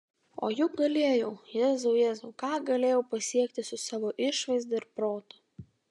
o juk galėjau jėzau jėzau ką galėjau pasiekti su savo išvaizda ir protu